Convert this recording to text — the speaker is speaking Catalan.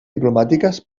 diplomàtiques